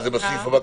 זה בסעיף הבא?